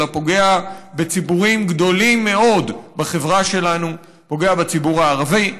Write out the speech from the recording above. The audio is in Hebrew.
אלא פוגע בציבורים גדולים מאוד בחברה שלנו: פוגע בציבור הערבי,